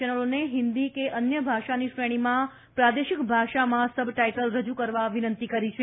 ચેનલોને હિન્દી કે અન્ય ભાષાની શ્રેણીમાં પ્રાદેશિક ભાષામાં સબ ટાઇટલ રજુ કરવા વિનંતી કરી છે